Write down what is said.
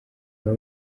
baba